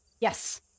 Yes